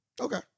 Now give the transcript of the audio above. Okay